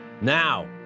Now